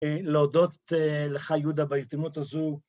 ‫להודות לך, יהודה, בהזדמנות הזו.